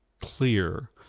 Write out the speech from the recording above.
clear